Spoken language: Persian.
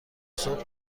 صبح